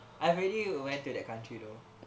I've already went to that country though